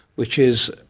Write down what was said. which is,